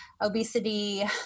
obesity